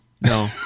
No